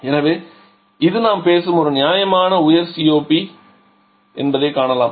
எனவே இது நாம் பேசும் ஒரு நியாயமான உயர் COP என்பதைக் காணலாம்